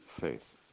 faith